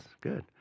Good